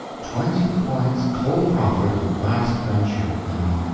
twenty points cold profit on the vast venture, now,